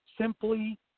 simply